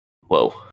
Whoa